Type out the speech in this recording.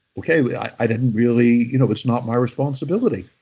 okay, i didn't really, you know it's not my responsibility.